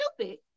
stupid